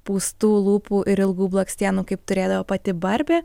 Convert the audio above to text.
pūstų lūpų ir ilgų blakstienų kaip turėdavo pati barbė